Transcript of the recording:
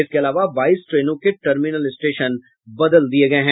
इसके अलावा बाईस ट्रेनों के टर्मिनल स्टेशन बदले गए हैं